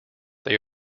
they